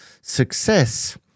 success –